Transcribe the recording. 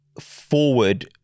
forward